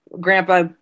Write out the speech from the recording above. grandpa